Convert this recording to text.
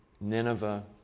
Nineveh